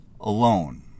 alone